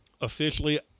Officially